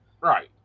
Right